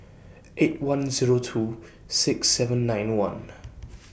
eight one Zero two six seven nine one